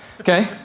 Okay